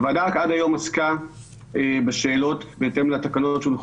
הוועדה עד היום רק עסקה בשאלות בהתאם לתקנות שהונחו